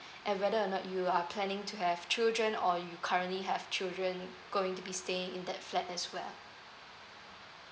and whether or not you are planning to have children or you currently have children going to be staying in that flat as well